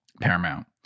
Paramount